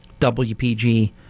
WPG